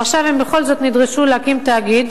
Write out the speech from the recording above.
ועכשיו הן בכל זאת נדרשו להקים תאגיד,